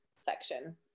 section